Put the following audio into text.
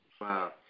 Wow